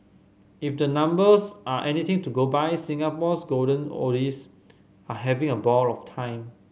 if the numbers are anything to go by Singapore's golden oldies are having a ball of time